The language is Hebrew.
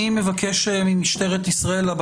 אני